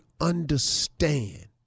understand